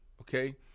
okay